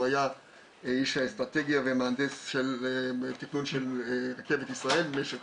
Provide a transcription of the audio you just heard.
הוא היה איש האסטרטגיה ומהנדס של תכנון רכבת ישראל במשך